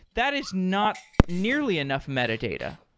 that is not nearly enough metadata.